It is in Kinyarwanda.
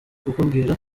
kukubwira